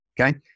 Okay